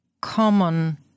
common